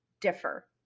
differ